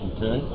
Okay